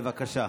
בבקשה.